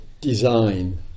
design